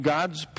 God's